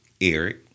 Eric